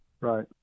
Right